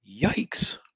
Yikes